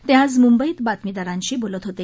ते आज मुंबईत बातमीदारांशी बोलत होते